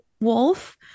Wolf